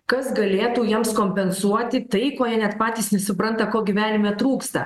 kas galėtų jiems kompensuoti tai ko jie net patys nesupranta ko gyvenime trūksta